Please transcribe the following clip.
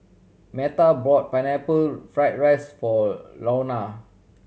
Meta bought Pineapple Fried rice for Luana